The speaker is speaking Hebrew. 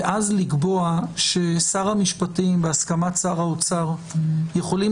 ואז לקבוע ששר המשפטים בהסכמת שר האוצר יכולים